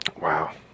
Wow